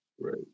Right